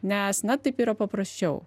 nes na taip yra paprasčiau